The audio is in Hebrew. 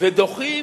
ודוחים